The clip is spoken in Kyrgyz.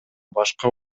башка